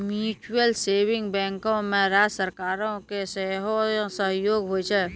mutual saving बैंको मे राज्य सरकारो के सेहो सहयोग होय छै